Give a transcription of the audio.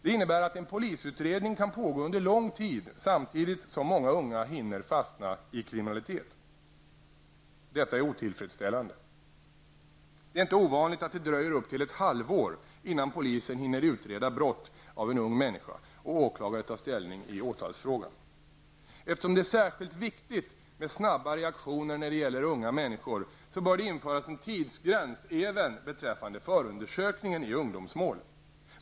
Det innebär att en polisutredning kan pågå under lång tid, samtidigt som många unga hinner fastna i kriminalitet. Detta är otillfredsställande. Det är inte ovanligt att det dröjer upp till ett halvår innan polisen hinner utreda brott av en ung människa och åklagare tar ställning i åtalsfrågan. Eftersom det är särskilt viktigt med snabba reaktioner när det gäller unga människor, bör det införas en tidsgräns även beträffande förundersökningen i ungdomsmål.